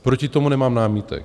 Proti tomu nemám námitek.